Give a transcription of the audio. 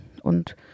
Und